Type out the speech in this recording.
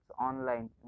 online